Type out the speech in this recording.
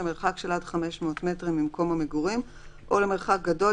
למרחק של עד 500 מטרים ממקום המגורים או למרחק גדול